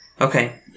Okay